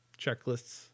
Checklists